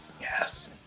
Yes